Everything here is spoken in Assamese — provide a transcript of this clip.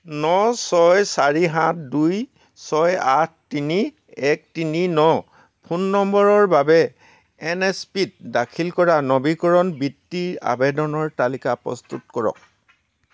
ন ছয় চাৰি সাত দুই ছয় আঠ তিনি এক তিনি ন ফোন নম্বৰৰ বাবে এন এছ পি ত দাখিল কৰা নৱীকৰণ বৃত্তিৰ আবেদনৰ তালিকা প্ৰস্তুত কৰক